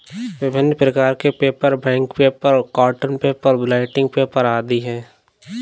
विभिन्न प्रकार के paper, bank paper, cotton paper, blotting paper आदि हैं